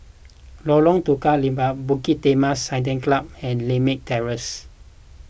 Lorong Tukang Lima Bukit Timah Saddle Club and Lakme Terrace